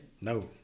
No